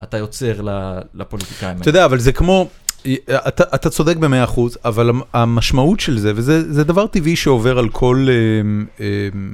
אתה יוצר לפוליטיקאים. אתה יודע, אבל זה כמו, אתה צודק ב-100 אחוז, אבל המשמעות של זה, וזה דבר טבעי שעובר על כל...